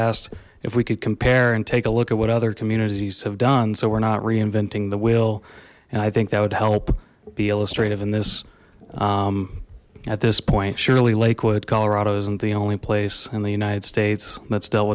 asked if we could compare and take a look at what other communities have done so we're not reinventing the wheel and i think that would help be illustrative in this at this point surely lakewood colorado isn't the only place in the united states that's dealt